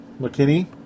McKinney